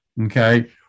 Okay